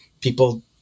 people